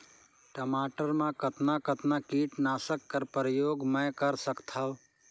टमाटर म कतना कतना कीटनाशक कर प्रयोग मै कर सकथव?